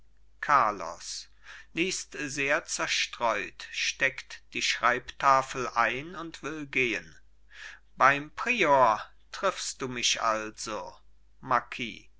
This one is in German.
carlos liest sehr zerstreut steckt die schreibtafel ein und will gehen beim prior triffst du mich also